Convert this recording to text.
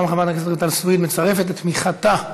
גם חברת הכנסת רויטל סויד מצרפת את תמיכתה,